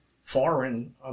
foreign